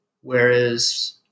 Whereas